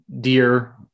dear